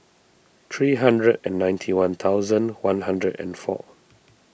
three hundred and ninety one thousand one hundred and four